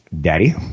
daddy